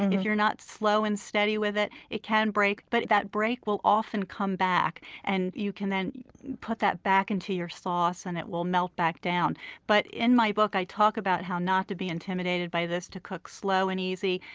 if you're not slow and steady with it, it can break. but that break will often come back and you can then put that back into your sauce and it will melt back down but in my book i talk about how not to be intimidated by this, to cook slow and easy,